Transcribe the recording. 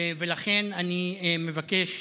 ולכן אני מבקש